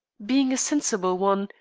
being a sensible one,